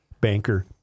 banker